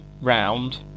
round